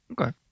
Okay